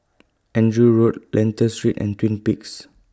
Andrew Road Lentor Street and Twin Peaks